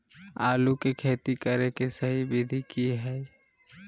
आलू के खेती करें के सही विधि की हय?